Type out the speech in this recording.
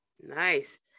Nice